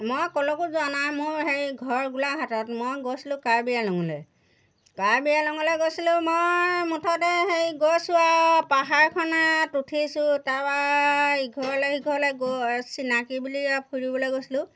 মই ক'লৈকো যোৱা নাই মোৰ হেৰি ঘৰ গোলাঘাটত মই গৈছিলোঁ কাৰ্বি আংলঙলৈ কাৰ্বি আংলঙলৈ গৈছিলোঁ মই মুঠতে সেই গৈছোঁ আৰু পাহাৰখনত উঠিছোঁ তাৰপৰা ইঘৰলৈ সিঘৰলৈ গৈ এই চিনাকী বুলি আৰু ফুৰিবলৈ গৈছিলোঁ